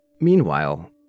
Meanwhile